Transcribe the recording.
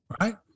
Right